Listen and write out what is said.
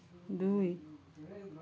দুই